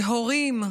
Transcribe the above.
ומשפחות